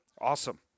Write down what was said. Awesome